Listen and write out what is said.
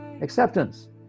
acceptance